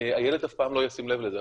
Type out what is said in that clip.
הילד אף פעם לא ישים לב לזה.